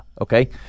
okay